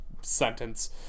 sentence